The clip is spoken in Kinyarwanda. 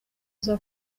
uza